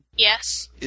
Yes